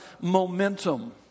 momentum